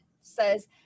says